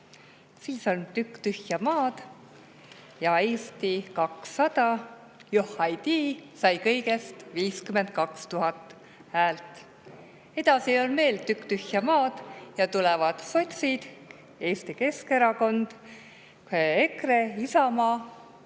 Siis on tükk tühja maad ja Eesti 200 – johhaidii! – sai kõigest 52 000 häält. Edasi on veel tükk tühja maad ja tulevad sotsid, Eesti Keskerakond, EKRE, Isamaa,